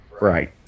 Right